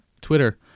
Twitter